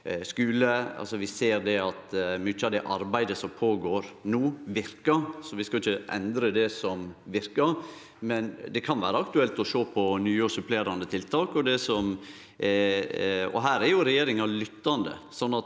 Vi ser at mykje av det arbeidet som skjer no, verkar. Vi skal ikkje endre det som verkar, men det kan vere aktuelt å sjå på nye og supplerande tiltak. Her er regjeringa lyttande.